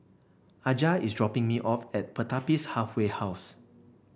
Aja is dropping me off at Pertapis Halfway House